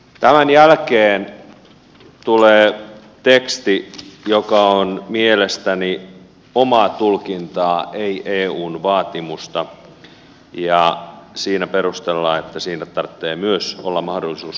tämän jälkeen tulee teksti joka on mielestäni omaa tulkintaa ei eun vaatimusta ja siinä perustellaan että siinä tarvitsee myös olla mahdollisuus perustaa puolue